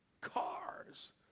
cars